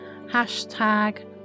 hashtag